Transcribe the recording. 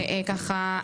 וככה,